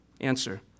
Answer